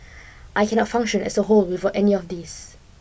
I cannot function as a whole without any of these